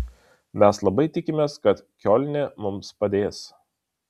mes labai tikimės kad kiolne mums padės